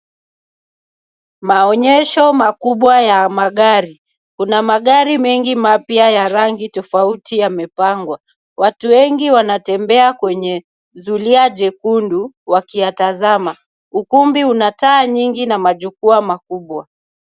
Maonyesho kubwa ya magari. Kuna magari mapya ya rangi tofauti yamepangwa. Watu wengi wanatembea kwenye zulia jekundu wakiyatazama. Ukumbi una taa nyingi na majukwaa makubwa.